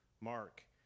Mark